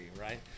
right